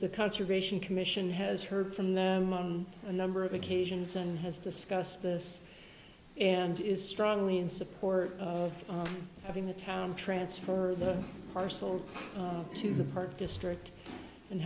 the conservation commission has heard from them on a number of occasions and has discussed this and is strongly in support of having the town transferred the parcel to the park district and